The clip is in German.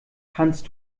kannst